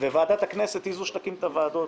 וועדת הכנסת היא זו שתקים את הוועדות.